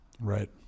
Right